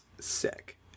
Sick